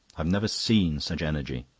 i've never seen such energy.